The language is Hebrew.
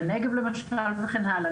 בנגב למשל וכן הלאה.